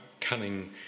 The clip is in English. cunning